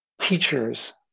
teachers